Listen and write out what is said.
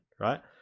right